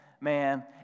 man